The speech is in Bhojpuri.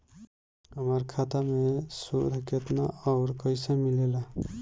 हमार खाता मे सूद केतना आउर कैसे मिलेला?